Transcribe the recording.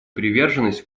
приверженность